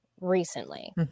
recently